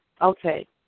Okay